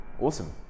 awesome